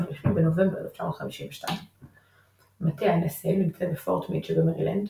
רשמי בנובמבר 1952. מטה ה־NSA נמצא בפורט מיד שבמרילנד,